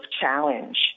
challenge